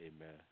Amen